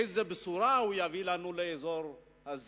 איזו בשורה הוא יביא לנו, לאזור הזה,